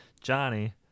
Johnny